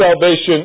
salvation